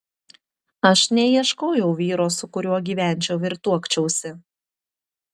aš neieškojau vyro su kuriuo gyvenčiau ir tuokčiausi